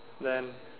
then